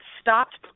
stopped